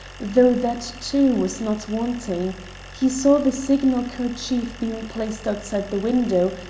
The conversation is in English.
though that too was not wanting he saw the signal kerchief being placed outside the window,